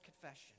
confession